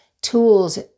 tools